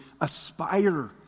aspire